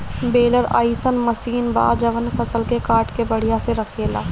baler अइसन machine बा जवन फसल के काट के बढ़िया से रखेले